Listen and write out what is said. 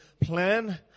plan